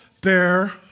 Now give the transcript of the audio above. bear